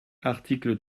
article